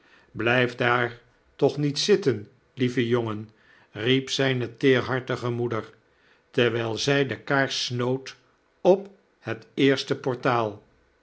blijf daar toch niet zitten lieve jongen riep zijne teerhartige moeder terwjjl zg de kaars snoot op het eerste portaal